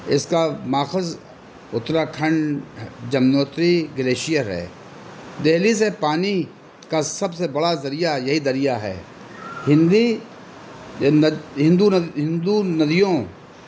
اس کا ماخذ اتراکھنڈ ہہ جمنوتری گلیشیئر ہے دہلی سے پانی کا سب سے بڑا ذریعہ یہی دریا ہے ہندی ہندو ند ہندو ندیوں